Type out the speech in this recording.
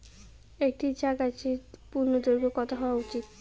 একটি চা গাছের পূর্ণদৈর্ঘ্য কত হওয়া উচিৎ?